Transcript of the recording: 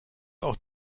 auch